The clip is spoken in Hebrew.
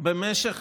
שבמשך